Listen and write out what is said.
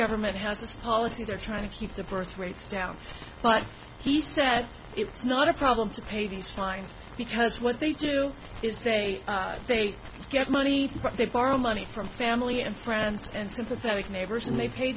government has this policy they're trying to keep the birth rates down but he said it's not a problem to pay these fines because what they do is they they get money from they borrow money from family and friends and sympathetic neighbors and they pay